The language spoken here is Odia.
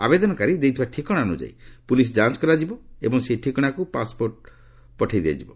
ଆବେଦନକାରୀ ଦେଇଥିବା ଠିକଣା ଅନୁଯାୟୀ ପୁଲିସ୍ ଯାଞ୍ଚ କରାଯିବ ଏବଂ ସେହି ଠିକଶାକୁ ପାସ୍ପୋର୍ଟ ପଠାଇ ଦିଆଯିବ